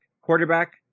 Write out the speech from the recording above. quarterback